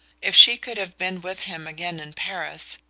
if she could have been with him again in paris,